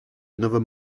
another